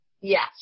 Yes